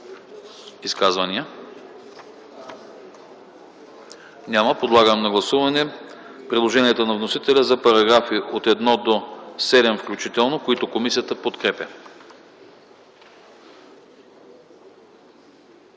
Изказвания? Няма. Подлагам на гласуване предложенията на вносителя за параграфи от 1 до 7 включително, които комисията подкрепя.